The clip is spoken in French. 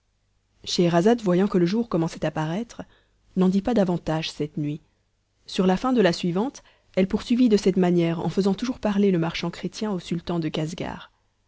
scheherazade voyant que le jour commençait à paraître n'en dit pas davantage cette nuit sur la fin de la suivante elle poursuivit de cette manière en faisant toujours parler le marchand chrétien au sultan de casgar